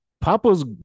Papa's